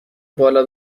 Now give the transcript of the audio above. بالا